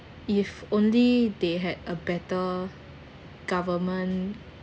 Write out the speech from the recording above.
if only they had a better government